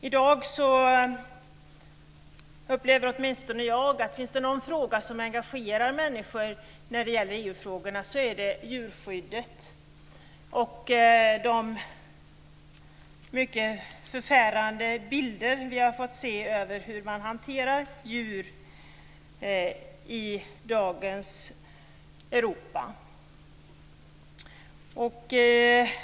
I dag upplever åtminstone jag att om det är någon av EU-frågorna som engagerar människor så är det djurskyddet och de mycket förfärande bilder som vi har fått se av hur man hanterar djur i dagens Europa.